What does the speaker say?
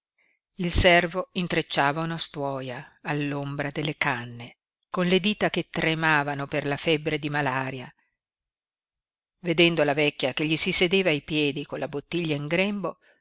il servo intrecciava una stuoia all'ombra delle canne con le dita che tremavano per la febbre di malaria vedendo la vecchia che gli si sedeva ai piedi con la bottiglia in grembo